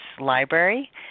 library